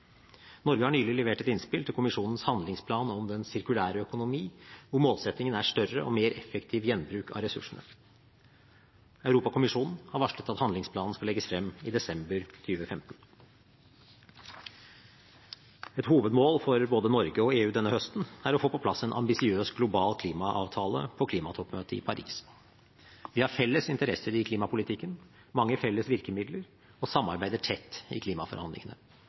Norge har nylig levert et innspill til kommisjonens handlingsplan om den sirkulære økonomi, hvor målsettingen er større og mer effektiv gjenbruk av ressursene. Europakommisjonen har varslet at handlingsplanen skal legges frem i desember 2015. Et hovedmål for både Norge og EU denne høsten er å få på plass en ambisiøs global klimaavtale på klimatoppmøtet i Paris. Vi har felles interesser i klimapolitikken, mange felles virkemidler, og samarbeider tett i klimaforhandlingene.